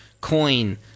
Coin